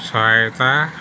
ସହାୟତା